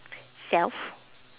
self